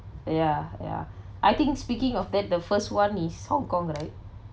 ya ya I think speaking of that the first [one] is hong kong right